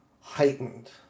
heightened